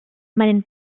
meinen